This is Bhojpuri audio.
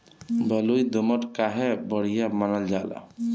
बलुई दोमट काहे बढ़िया मानल जाला?